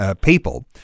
people